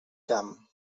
camp